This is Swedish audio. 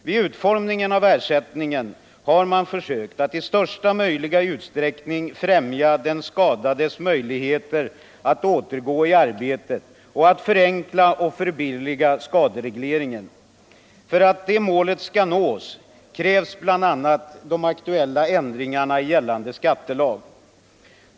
Vid utformningen av ersättningen har man försökt att i största möjliga utsträckning främja den skadades möjligheter att återgå i arbetet och att förenkla och förbilliga skaderegleringen. För att det målet skall nås krävs bl.a. de aktuella ändringarna i gällande skattelag.